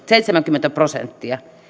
seitsemänkymmentä prosenttia